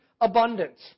abundance